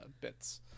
bits